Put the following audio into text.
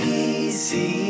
easy